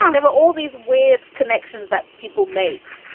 and there were all these weird connections that people make.